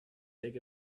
take